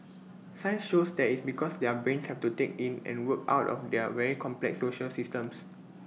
science shows that is because their brains have to take in and work out their very complex social systems